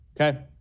okay